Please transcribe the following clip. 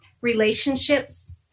Relationships